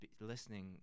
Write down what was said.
listening